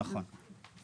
נכון.